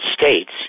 States